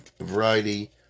variety